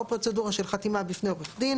או פרוצדורה של חתימה בפני עורך דין